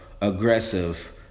aggressive